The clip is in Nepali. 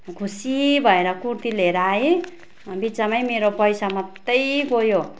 खुसी भएर कुर्ती लिएर आएँ बित्थामा मेरो पैसा मात्र गयो